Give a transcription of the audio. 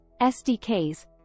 SDKs